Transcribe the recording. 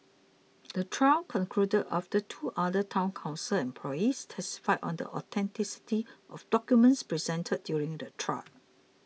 the trial concluded after two other Town Council employees testified on the authenticity of documents presented during the trial